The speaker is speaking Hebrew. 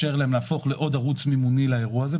להפוך לעוד ערוץ מימוני לאירוע הזה.